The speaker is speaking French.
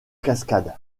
cascade